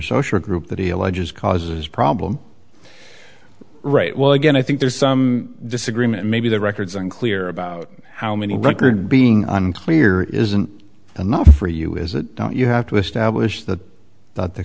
social group that he alleges causes problem right well again i think there's some disagreement maybe the records unclear about how many records being unclear isn't enough for you is that you have to establish that th